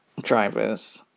drivers